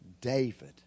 David